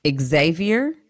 Xavier